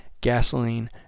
gasoline